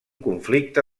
conflicte